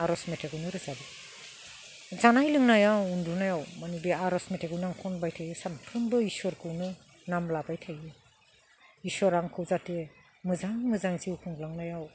आर'ज मेथाइखौनो रोजाबो जानाय लोंनायाव उन्दुनायाव आर'ज मेथाइखौ खनबाय थायो सामफ्रोमबो इसोरखौनो नाम लाबाय थायो इसोरा आंखौ जाहाथे मोजाङै मोजां जिउ खुंलांनायाव